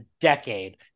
decade